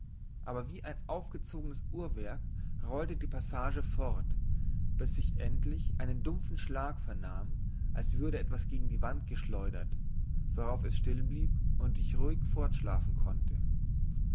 aber wie ein aufgezogenes uhrwerk rollte die passage fort bis ich endlich einen dumpfen schlag vernahm als würde etwas gegen die wand geschleudert worauf es still blieb und ich ruhig fortschlafen konnte